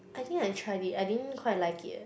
I think I tried it I didn't quite like it eh